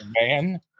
man